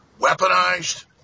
weaponized